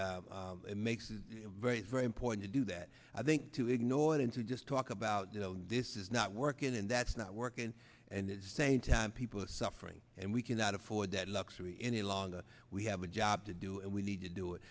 that makes it very very important to do that i think to ignore it and to just talk about this is not working and that's not working and it's saying time people are suffering and we cannot afford that luxury any longer we have a job to do and we need to do it